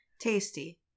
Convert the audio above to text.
Tasty